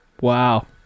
Wow